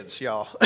y'all